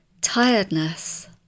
tiredness